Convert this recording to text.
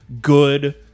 good